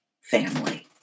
family